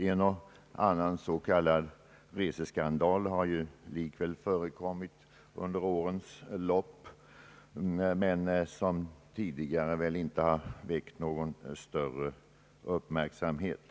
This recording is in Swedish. En och annan s.k. reseskandal har likväl förekommit under årens lopp. Detta har dock tidigare icke väckt någon större uppmärksamhet.